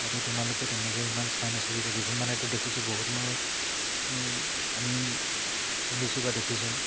ইয়াতে তোমালোকে তেনেকৈ ইমান চাই নাথাকিবা কিছুমানে ইয়াতে দেখিছোঁ বহুত মই আমি শুনিছোঁ বা দেখিছোঁ